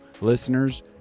listeners